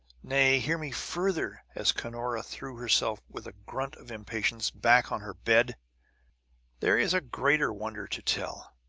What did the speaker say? nay, hear me further, as cunora threw herself, with a grunt of impatience, back on her bed there is a greater wonder to tell.